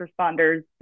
responders